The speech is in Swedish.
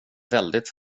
väldigt